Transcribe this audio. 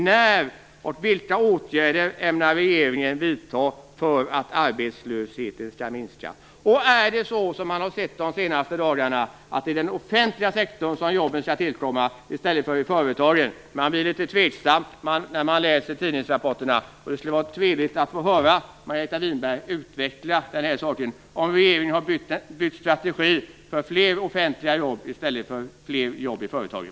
Är det så som man har sett de senaste dagarna att det är i den offentliga sektorn som jobben skall tillkomma i stället för i företagen? Man blir litet tveksam när man läser tidningsrapporterna. Det skulle vara trevligt att få höra Margareta Winberg utveckla detta. Har regeringen bytt strategi till fler offentliga jobb i stället för fler jobb i företagen?